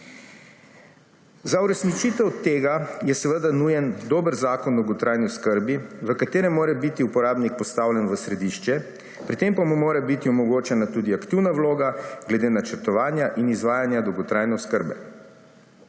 Za uresničitev tega je seveda nujen dober zakon o dolgotrajni oskrbi, v katerem mora biti uporabnik postavljen v središče, pri tem pa mu mora biti omogočena tudi aktivna vloga glede načrtovanja in izvajanja dolgotrajne oskrbe.